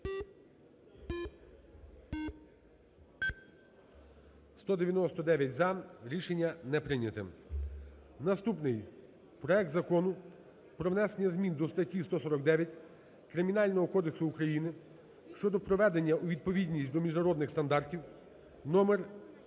За-199 Рішення не прийняте. Наступний: проект Закону про внесення змін до статті 149 Кримінального кодексу України (щодо приведення у відповідність до міжнародних стандартів) (номер